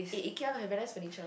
eh Ikea now have very nice furniture